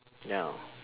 ya